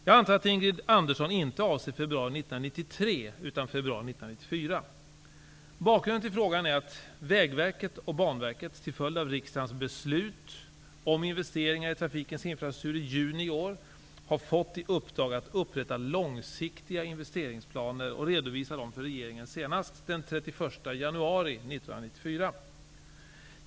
Jag antar att Ingrid Andersson inte avser februari 1993 Bakgrunden till frågan är att Vägverket och Banverket, till följd av riksdagens beslut om investeringar i trafikens infrastruktur i juni i år, har fått i uppdrag att upprätta långsiktiga investeringsplaner och redovisa dem för regeringen senast den 31 januari 1994.